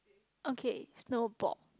okay snowball